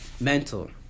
mental